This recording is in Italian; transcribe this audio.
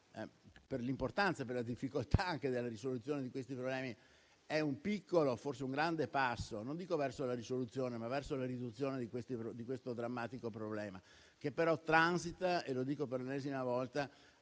per l'importanza e la difficoltà della risoluzione dei problemi posti. È un piccolo, forse un grande passo, verso non dico la risoluzione, ma verso la riduzione di questo drammatico problema, che però transita - lo ripeto per l'ennesima volta